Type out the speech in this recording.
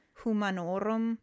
humanorum